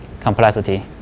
complexity